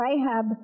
Rahab